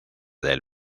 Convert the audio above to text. del